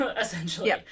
essentially